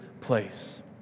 place